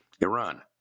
Iran